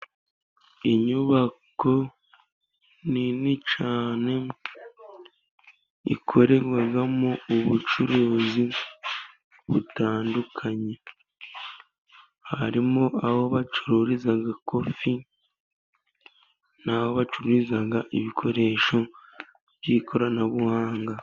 Inyubako nini cyane, ikorerwamo ubucuruzi butandukanye, harimo aho bacururiza kofi, n'aho bacururiza ibikoresho by'ikoranabuhanga.